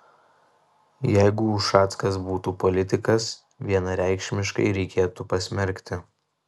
jeigu ušackas būtų politikas vienareikšmiškai reikėtų pasmerkti